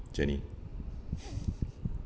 jenny